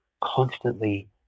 constantly